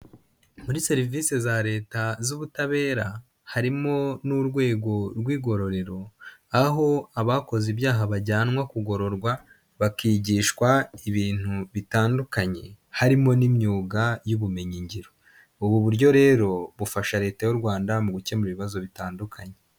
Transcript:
Muri serivisi za leta z'ubutabera, harimo n'urwego rw'igororero, aho abakoze ibyaha bajyanwa kugororwa, bakigishwa ibintu bitandukanye, harimo n'imyuga y'ubumenyi ngiro, ubu buryo rero bufasha Leta y'u Rwanda mu gukemura ibibazo bitandukanye.